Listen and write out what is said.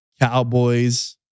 Cowboys